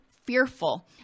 fearful